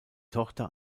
tochter